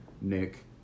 Nick